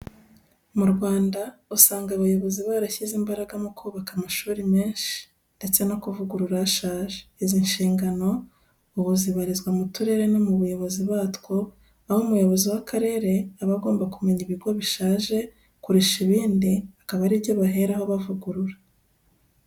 Mu Rwanda usanga abayobozi barashyize imbaraga mu kubaka amashuri menshi, ndetse no kuvugurura ashaje, izi nshingano ubu zibarizwa mu turere no mu bayobozi batwo, aho umuyobozi w'akarere aba agomba kumenya ibigo bishaje kurusha ibindi akaba ari byo baheraho bavugurura.